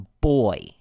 boy